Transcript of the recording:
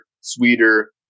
sweeter